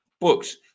books